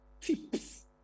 tips